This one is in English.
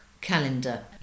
calendar